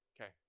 Okay